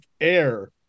Air